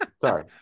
Sorry